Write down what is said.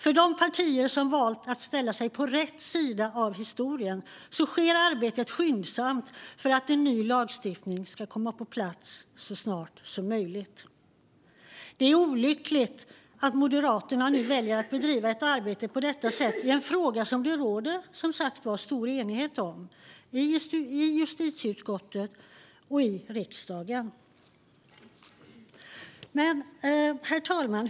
För de partier som har valt att ställa sig på rätt sida av historien sker arbetet skyndsamt för att en ny lagstiftning ska komma på plats så snart som möjligt. Det är olyckligt att Moderaterna nu väljer att bedriva ett arbete på detta sätt i en fråga som det som sagt råder stor enighet om i justitieutskottet och i riksdagen. Herr talman!